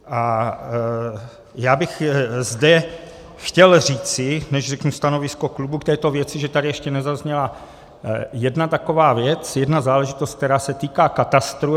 A já bych zde chtěl říci, než řeknu stanovisko klubu k této věci, že tady ještě nezazněla jedna taková věc, jedna záležitost, která se týká katastru.